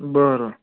बरं